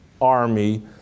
army